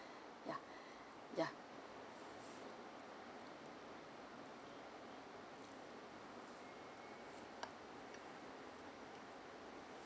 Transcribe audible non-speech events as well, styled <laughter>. ya <breath> ya